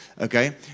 Okay